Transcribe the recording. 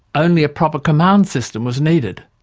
only a proper command system was needed.